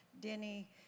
Denny